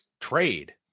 trade